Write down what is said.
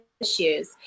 issues